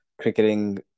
cricketing